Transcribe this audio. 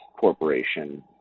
corporation